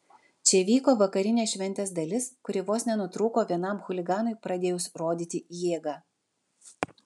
čia vyko vakarinė šventės dalis kuri vos nenutrūko vienam chuliganui pradėjus rodyti jėgą